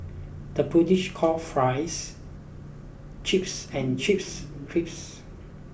the British call fries chips and chips crips